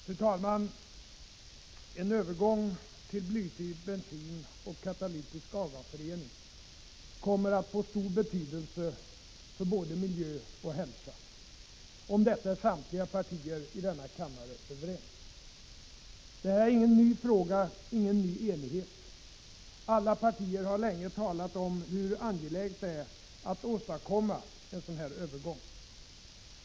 Fru talman! En övergång till blyfri bensin och katalytisk avgasrening kommer att få stor betydelse för både miljö och hälsa. Om detta är samtliga partier i denna kammare överens. Det här är ingen ny fråga, ingen ny enighet. Alla partier har länge talat om hur angeläget det är att åstadkomma en sådan här övergång.